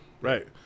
Right